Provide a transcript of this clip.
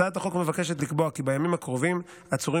הצעת החוק מבקשת לקבוע כי בימים הקרובים עצורים